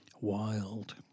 Wild